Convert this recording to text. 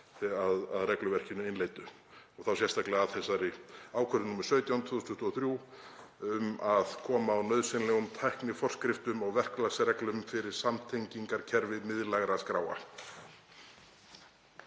að regluverkinu innleiddu, þá sérstaklega að þessari ákvörðun nr. 17/2023, um að koma á nauðsynlegum tækniforskriftum og verklagsreglum fyrir samtengingarkerfi miðlægra skráa.